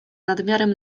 nadmiarem